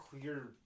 clear